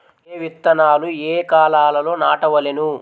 ఏ విత్తనాలు ఏ కాలాలలో నాటవలెను?